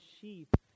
sheep